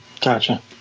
gotcha